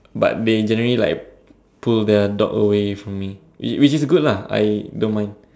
but they generally like pull their dog away from me which is good lah I don't mind